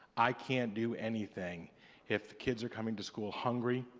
i can't do anything if kids are coming to school hungry,